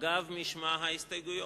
אגב משמע ההסתייגויות.